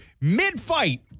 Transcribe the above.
mid-fight